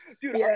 dude